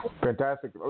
Fantastic